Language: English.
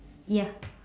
ya